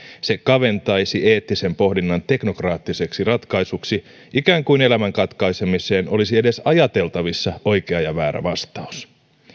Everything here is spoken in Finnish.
se kaventaisi eettisen pohdinnan teknokraattiseksi ratkaisuksi ikään kuin elämän katkaisemiseen olisi edes ajateltavissa oikea ja väärä vastaus